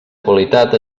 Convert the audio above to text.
qualitat